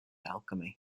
alchemy